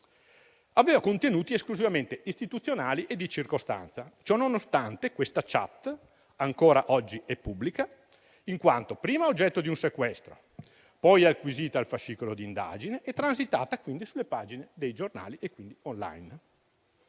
Aveva contenuti esclusivamente istituzionali e di circostanza. Ciò nonostante, questa *chat* ancora oggi è pubblica, in quanto prima oggetto di un sequestro, poi acquisita al fascicolo di indagine, transitata quindi sulle pagine dei giornali e infine *online*.